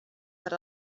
per